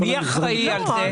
מי אחראי על זה?